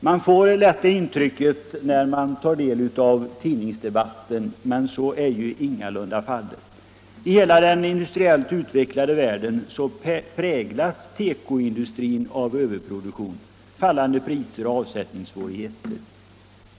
Man får annars lätt det intrycket när man tar del av tidningsdebatten, men så är ju ingalunda fallet. I hela den industriellt utvecklade världen präglas tekoindustrin av överproduktion, fallande priser och avsättningssvårigheter.